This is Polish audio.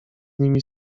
nimi